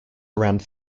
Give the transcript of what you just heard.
around